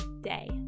day